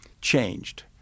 changed